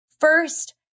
First